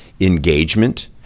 engagement